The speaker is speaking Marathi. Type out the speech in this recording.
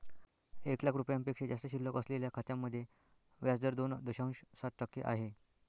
एक लाख रुपयांपेक्षा जास्त शिल्लक असलेल्या खात्यांमध्ये व्याज दर दोन दशांश सात टक्के आहे